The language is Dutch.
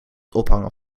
ophangen